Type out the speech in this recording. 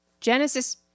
Genesis